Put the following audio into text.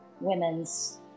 women's